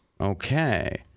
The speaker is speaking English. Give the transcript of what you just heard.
Okay